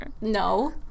No